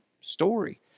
story